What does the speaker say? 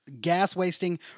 gas-wasting